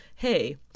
Hey